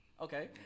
Okay